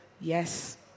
Yes